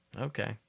Okay